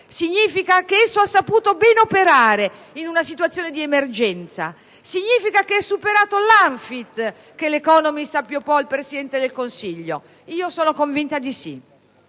significa che esso ha saputo ben operare in una situazione di emergenza? Che è superato l'*unfit* che «The Economist» appioppò al Presidente del Consiglio? Sono convinta che sia